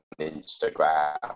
Instagram